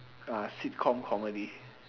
uh sitcom comedy